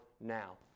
now